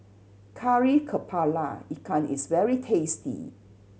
Kari Kepala Ikan is very tasty